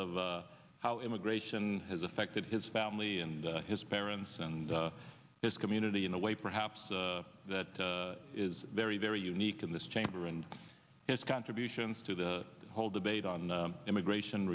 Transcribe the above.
of how immigration has affected his family and his parents and his community in a way perhaps that is very very unique in this chamber and his contributions to the whole debate on immigration